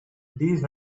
these